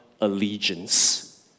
allegiance